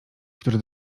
który